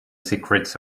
secrets